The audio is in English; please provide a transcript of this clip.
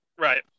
Right